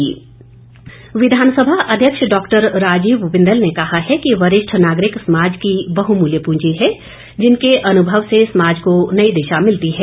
बिंदल विधानसभा अध्यक्ष डॉक्टर राजीव बिंदल ने कहा है कि वरिष्ठ नागरिक समाज की बहमूल्य पूंजी है जिनके अनुभव से समाज को नई दिशा मिलती है